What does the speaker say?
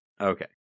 okay